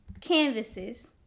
canvases